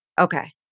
Okay